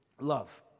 Love